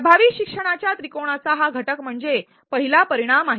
प्रभावी शिक्षणाच्या त्रिकोणाचा हा घटक म्हणजे पहिला परिणाम आहे